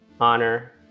honor